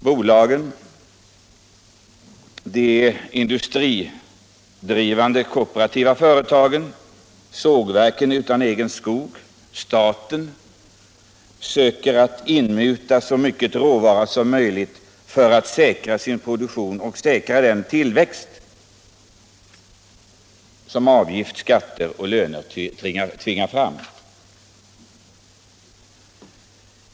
Bolagen, de industridrivande kooperativa företagen, sågverken utan egen skog och staten söker inmuta så mycket råvara som möjligt för att säkra sin produktion och säkra den produktivitetstillväxt som avgifter, skatter och löner tvingar fram.